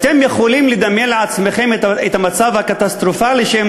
אתם יכולים לדמיין לעצמכם את המצב הקטסטרופלי שהם